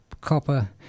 Copper